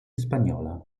spagnola